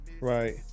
Right